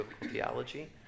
theology